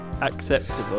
Acceptable